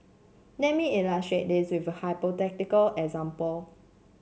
let me illustrate this with a hypothetical example